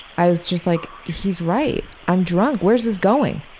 i was just like he's right. i'm drunk. where is this going?